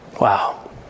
Wow